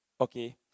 Okay